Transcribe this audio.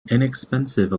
inexpensive